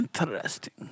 Interesting